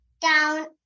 down